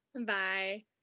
Bye